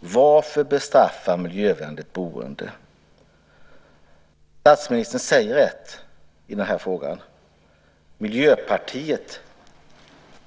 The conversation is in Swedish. Varför bestraffas miljövänligt boende? Statsministern säger en sak i den här frågan, och Miljöpartiet,